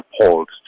appalled